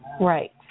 Right